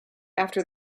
after